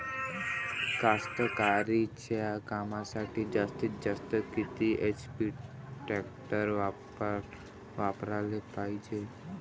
कास्तकारीच्या कामासाठी जास्तीत जास्त किती एच.पी टॅक्टर वापराले पायजे?